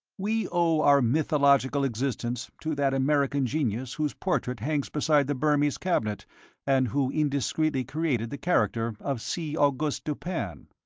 we owe our mythological existence to that american genius whose portrait hangs beside the burmese cabinet and who indiscreetly created the character of c. auguste dupin.